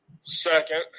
second